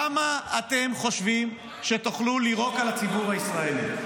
כמה אתם חושבים שתוכלו לירוק על הציבור הישראלי?